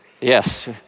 Yes